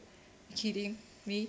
kidding me